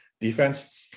defense